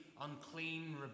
unclean